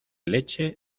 leche